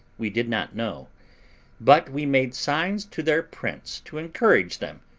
we did not know but we made signs to their prince to encourage them,